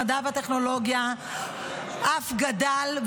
המדע והטכנולוגיה אף גדל,